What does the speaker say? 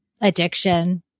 addiction